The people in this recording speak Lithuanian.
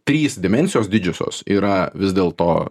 trys dimensijos didžiosios yra vis dėlto